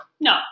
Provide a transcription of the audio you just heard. No